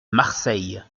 marseille